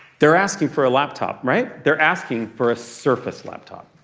they're asking for a laptop, right? they're asking for a surface laptop.